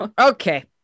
okay